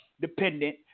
dependent